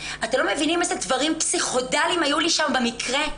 אתם לא מבינים אילו דברים פסיכודליים היו שם במקרה.